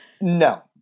no